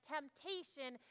Temptation